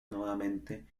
nuevamente